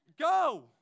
Go